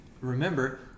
remember